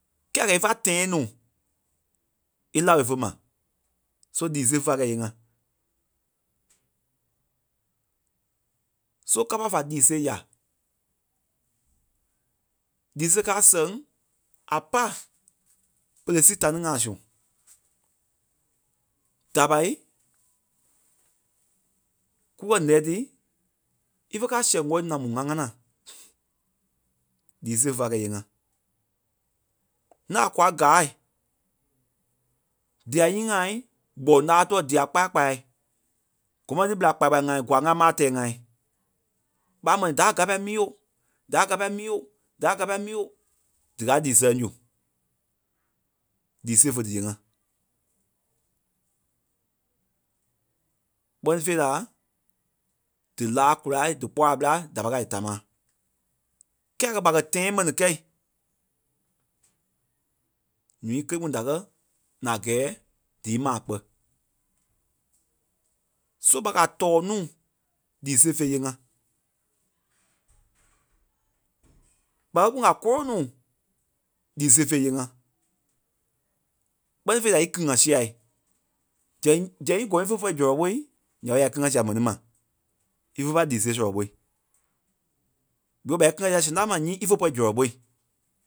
kɛ́ɛ a kɛ̀ ífe a tãa nuu í laoi fé ma so lii sêe fé pâi kɛ̂i íyee ŋá. so kâpa fa lii sêe yà, lii sêe káa a sɛŋ a pâ pere sii da ni ŋa su. Da ɓai, kú kɛ̀ ǹɛ́i tí, ífe kɛ a sɛŋ wɛli ǹamu ŋá ŋánaa lii sêe féai kɛ̂i íyee ŋá. ńâai la kwa gáai diai nyíi ŋai gbɔŋ láa tuɛ dia kpaya kpayai gɔmɛti ɓela kpaya kpaya ŋai gwaa ŋai ma a tɛɛ ŋai. ɓa mɛni dâa gâpai míyo, dâa gâpai míyo, dâa gâpai míyo, díkaa lii sɛlɛŋ su lii sêe fé díyee ŋá. Kpɛ́ni fêi laa dílaa kulâai dí kpɔara ɓela da pâi kɛ̂i a dí támaa. Kɛ́ɛ a kɛ̀ ɓa kɛ̀ tãa mɛni kɛ̂i, ǹúui kée kpúŋ da kɛ na a gɛ́ɛ dí í ma kpɛ́ so ɓa kɛ̀ a tɔɔ nuu lii sêe fé íyee ŋá. ɓa kɛ́ kpîŋ a kôlo nuu lii sêei fé íyee ŋá. Kpɛ́ni fêi la í kili ŋa sîai, zɛŋ- zɛŋ í gɔ́lɔŋ ífe pɔ̂rii zɔlɔ ɓói ǹya ɓé ya í kíli ŋá sîa mɛni ma ífe pâi lii sêe sɔlɔ ɓói. ɓikɔ ɓa í kíli ŋá siai sɛŋ tá ma nyíi ífe pɔ̂rii zɔlɔ ɓói ǹyaŋ